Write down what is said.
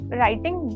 writing